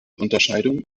unterscheidung